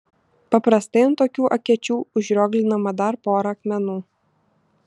paprastai ant tokių akėčių užrioglinama dar pora akmenų